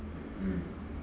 mm